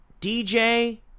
DJ